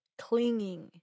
clinging